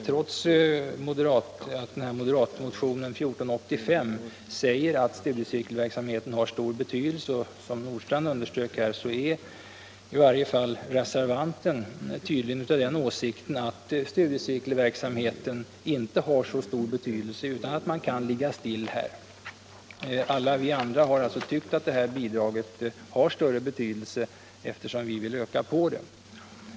Trots att det i moderatmotionen 1485 betonas att studiecirkelverksamheten har stor betydelse, vilket även herr Nordstrandh underströk, är reservanten tydligen av den åsikten att den inte har så stor betydelse utan att man kan ligga still här. Alla vi andra har alltså tyckt att bidraget har större betydelse, eftersom vi vill öka det.